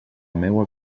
meua